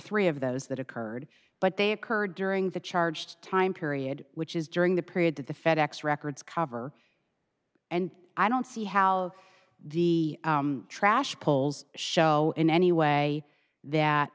three of those that occurred but they occurred during the charged time period which is during the period that the fed ex records cover and i don't see how the trash polls show in any way that